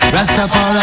Rastafari